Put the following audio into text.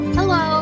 Hello